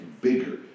bigger